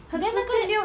很直接